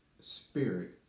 spirit